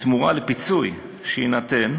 בתמורה לפיצוי שיינתן,